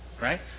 Right